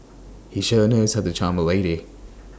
he sure knows how to charm A lady